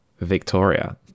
Victoria